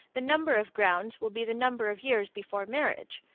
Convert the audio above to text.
the number of grounds will be the number of years before marriage.